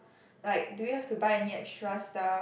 like do we have to buy any extra stuff